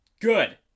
Good